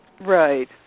Right